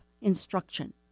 instruction